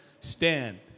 Stand